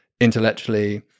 intellectually